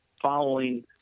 following